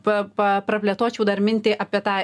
pa pa praplėtočiau dar mintį apie tą